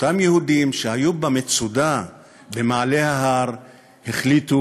אותם יהודים שהיו במצודה במעלה ההר החליטו